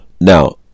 now